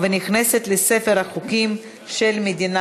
35 חברי כנסת בעד, אין מתנגדים, שלושה חברי כנסת